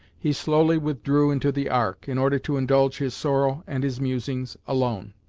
he slowly withdrew into the ark, in order to indulge his sorrow and his musings, alone.